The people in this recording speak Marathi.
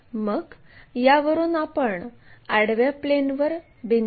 आणि यास d असे म्हणू